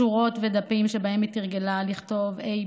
שורות ודפים שבהם היא תרגלה כתיבת A,